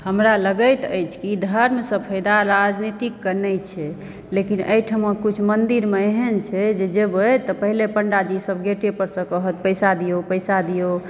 हमरा लगैत अछि की धर्मसंँ फायदा राजनीतिक कऽ नहि छै लेकिन एहिठमा किछु मन्दिरमे एहन छै जे जेबए तऽ पहिले पण्डाजी सब गेटे परसंँ कहत पहिले पैसा दिऔ पैसा दिऔ